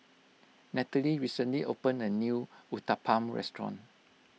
Nathalie recently opened a new Uthapam restaurant